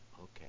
Okay